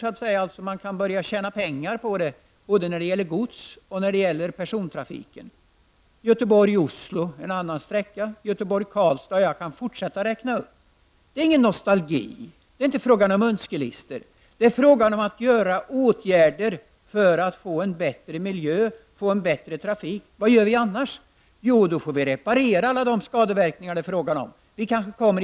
Då först kan man tjäna på såväl gods som persontrafiken. Detsamma gäller sträckorna Göteborg--Oslo och Göteborg--Karlstad. Jag skulle kunna fortsätta uppräkningen. Det är inte fråga om nostalgi eller önskelistor, utan det handlar om att vidta åtgärder för att få en bättre miljö och en bättre trafik. Vad annat kan vi göra? Jo, vi får reparera de skador som uppkommer.